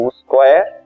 square